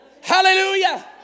Hallelujah